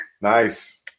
Nice